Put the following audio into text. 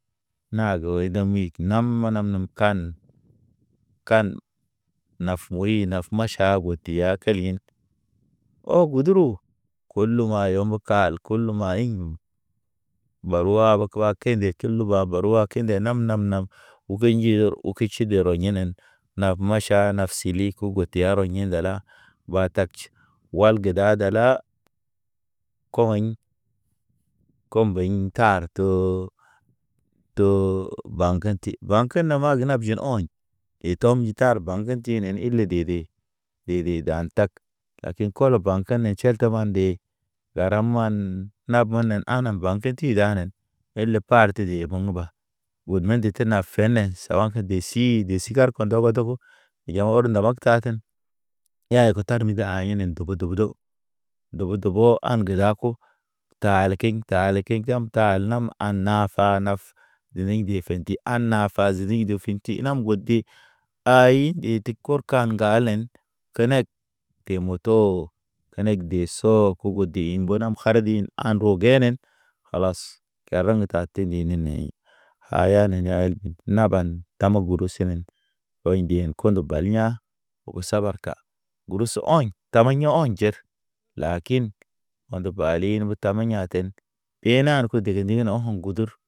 Nahage do̰ miki nam manam ne kan, naf wəy naf maʃa bo teya keliŋ ɔ guduru, kuluma yom kal, kuluma iɲim. Baru wa ge kəba kende kil luba baruwa kende nam nam nam. Ogey njire okey ʃib kidi rɔ yenen. Nap maʃa naf siliku got ya ɲi ŋgala. Ba taktʃe wal ge da dala, kɔhɔɲ kombeɲ tar to ba̰kḛti ba̰kena ma ge na beji ɔɲ. Etɔm ji tar ba̰ kḛtinen ile dede, dede dan tak, laki kɔlɔ ba̰ kane tʃel te ma nde. Garam man na benen aŋ na ba̰ŋ keti danen ele par te de beŋba. Sawa̰ka de sii de si kargo, kɔndo wadogo yahɔr nabag taten. Yaya ke tarmin de aɲenen ndogo ndogo dow, ndogo dobo an ge ra ko. Ta le kiŋ, ta le kiŋ kam tal nama an nafa naf, Deniŋ di fḛnti a nafa zini do finti nam gode. Ay nditi kor kan galen. Kenek de moto o- o kenek de soo kogo de mbuna hardin an rogenen. Kalas kareŋ ta tandey ne neɲ. Haya nane elbin naban, tama guru sinen oy ndeen kondo bal ya̰ ugu sabar ka, gurusu ɔɲ tamaɲi ɔɲ jer. Lakin, mand balin u tama ya̰ ten, ɗenar ke dege degi ne o̰ko̰ gudur.